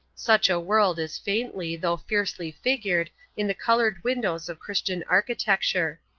such a world is faintly though fiercely figured in the coloured windows of christian architecture.